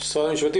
משרד המשפטים,